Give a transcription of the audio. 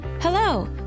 Hello